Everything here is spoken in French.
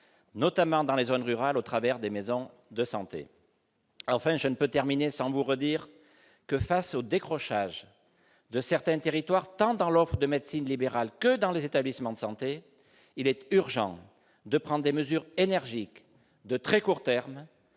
notamment dans les zones rurales au travers des maisons de santé ? Enfin, je ne voudrais pas terminer mon propos sans vous redire que, face au décrochage de certains territoires, tant dans l'offre de médecine libérale que dans celle des établissements de santé, il est urgent de prendre des mesures énergiques, de très court terme,